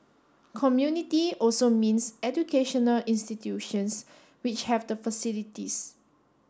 community also means educational institutions which have the facilities